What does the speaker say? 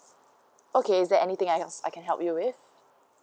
okay is there anything else I can help you with